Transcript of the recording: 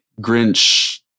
Grinch